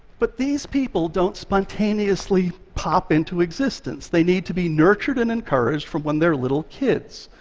but these people don't spontaneously pop into existence. they need to be nurtured and encouraged from when they're little kids.